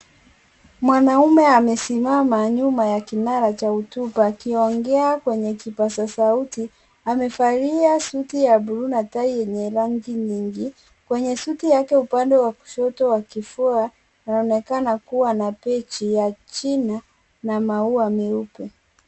Mwanaume amesimama nyuma ya kinara cha hotuba akiongea kwenye kipaza sauti. Amevalia suti ya bluu na tai yenye rangi nyingi. Kwenye suti yake upande wa kushoto wa kifua anaonekana kua na beji ya jina na maua meupe.